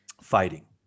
fighting